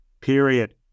period